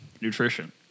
nutrition